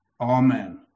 Amen